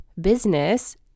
business